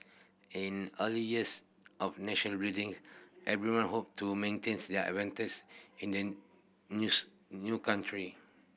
in early years of nation building everyone hoped to maintains their in an news new country